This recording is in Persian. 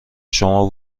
شما